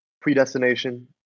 predestination